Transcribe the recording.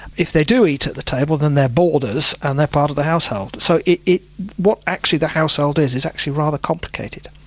if they do eat at the table then they are boarders and they are part of the household. so what actually the household is, is actually rather complicated.